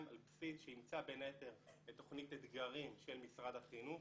שאימצה בין היתר את תוכנית אתגרים של משרד החינוך.